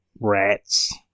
rats